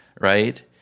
right